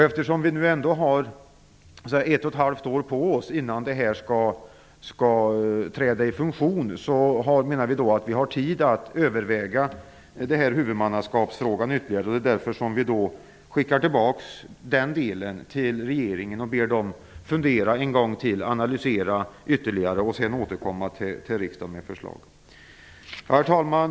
Eftersom vi ändå har ett och ett halvt år på oss tills bolagiseringen skall träda i funktion har vi tid att överväga huvudmannaskapsfrågan ytterligare. Det är därför som vi skickar tillbaka frågan till regeringen för ytterligare fundering och analys. De får sedan återkomma till riksdagen med förslag. Herr talman!